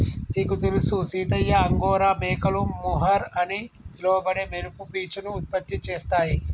నీకు తెలుసు సీతయ్య అంగోరా మేకలు మొహర్ అని పిలవబడే మెరుపు పీచును ఉత్పత్తి చేస్తాయి